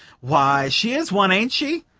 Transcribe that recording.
why, she is one, ain't she?